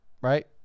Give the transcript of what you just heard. Right